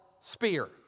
spear